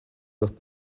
not